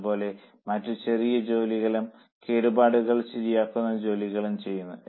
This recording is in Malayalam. അതുപോലെ മറ്റു ചെറിയ ജോലികളും കേടുപാടുകൾ ശരിയാക്കുന്ന ജോലികളും ചെയ്യുന്നു